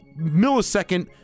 millisecond